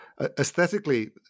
aesthetically